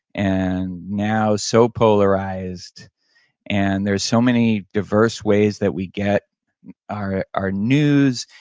and now so polarized and there's so many diverse ways that we get our our news,